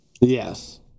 Yes